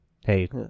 hey